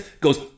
goes